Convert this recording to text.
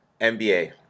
NBA